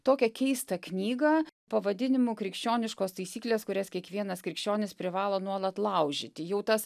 tokią keistą knygą pavadinimu krikščioniškos taisyklės kurias kiekvienas krikščionis privalo nuolat laužyti jau tas